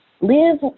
Live